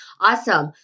awesome